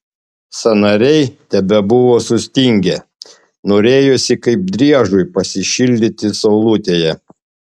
sąnariai tebebuvo sustingę norėjosi kaip driežui pasišildyti saulutėje